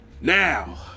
now